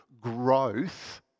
growth